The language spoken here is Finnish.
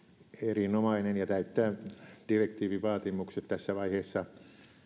erinomainen ja täyttää direktiivin vaatimukset tässä vaiheessa